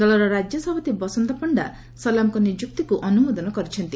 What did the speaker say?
ଦଳର ରାଜ୍ୟ ସଭାପତି ବସନ୍ତ ପଣ୍ତା ସଲାମଙ୍ଙ ନିଯୁକ୍ତିକୁ ଅନୁମୋଦନ କରିଛନ୍ତି